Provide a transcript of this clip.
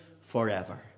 Forever